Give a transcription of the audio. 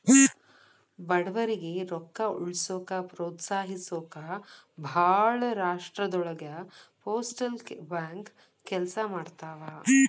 ಬಡವರಿಗಿ ರೊಕ್ಕ ಉಳಿಸೋಕ ಪ್ರೋತ್ಸಹಿಸೊಕ ಭಾಳ್ ರಾಷ್ಟ್ರದೊಳಗ ಪೋಸ್ಟಲ್ ಬ್ಯಾಂಕ್ ಕೆಲ್ಸ ಮಾಡ್ತವಾ